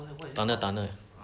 gunner gunner